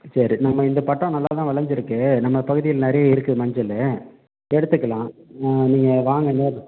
சரி நம்ம இந்தப் பட்டம் நல்லாதான் விளஞ்சிருக்கு நம்ம பகுதியில் நிறைய இருக்கு மஞ்சள் எடுத்துக்கலாம் நீங்கள் வாங்க நேரில்